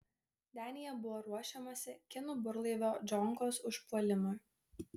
denyje buvo ruošiamasi kinų burlaivio džonkos užpuolimui